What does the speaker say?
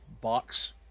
box